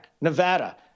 Nevada